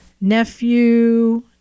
nephew